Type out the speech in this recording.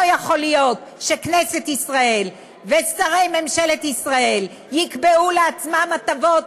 לא יכול להיות שכנסת ישראל ושרי ממשלת ישראל יקבעו לעצמם הטבות,